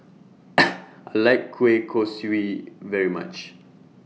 I like Kueh Kosui very much